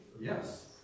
Yes